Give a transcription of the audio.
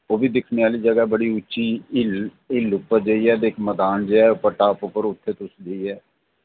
ओह् बी दिक्खने आह्ली ज'गा ऐ बड़ी उच्ची हिल हिल उप्पर जाइयै तक इक मदान जेहा उप्पर टाप उप्पर उत्थै तुस जाइयै